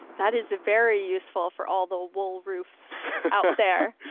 that is very useful for all the wool roofs out there.